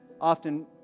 often